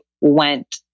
went